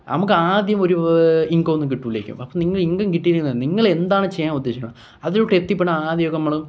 നമുക്കാദ്യമൊരു ഇൻകമൊന്നും കിട്ടൂല്ലായിരിക്കും അപ്പോള് നിങ്ങള് ഇന്കം കിട്ടിയില്ലെന്ന നിങ്ങളെന്താണ് ചെയ്യാനുദ്ദേശിക്കുന്നത് അതിലോട്ടെത്തിപ്പെടാൻ ആദ്യമൊക്കെ നമ്മള്